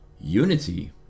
unity